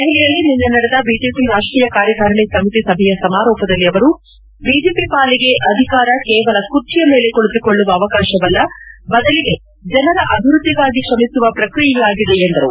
ದೆಹಲಿಯಲ್ಲಿ ನಿನ್ನೆ ನಡೆದ ಬಿಜೆಪಿ ರಾಷ್ಟೀಯ ಕಾರ್ಯಕಾರಿಣಿ ಸಮಿತಿ ಸಭೆಯ ಸಮಾರೋಪದಲ್ಲಿ ಅವರು ಬಿಜೆಪಿ ಪಾಲಿಗೆ ಅಧಿಕಾರ ಕೇವಲ ಕುರ್ಚಿಯ ಮೇಲೆ ಕುಳಿತುಕೊಳ್ಳುವ ಅವಕಾಶವಲ್ಲ ಬದಲಿಗೆ ಜನರ ಅಭಿವೃದ್ಧಿಗಾಗಿ ಶ್ರಮಿಸುವ ಪ್ರಕ್ರಿಯೆಯಾಗಿದೆ ಎಂದರು